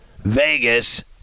Vegas